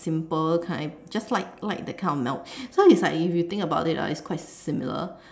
simple kind just like like that kind of melt so like if you think about it lah it's quite similar